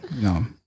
no